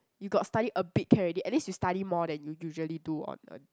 you got study a bit can already at least you study more than you usually do on a